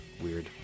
Weird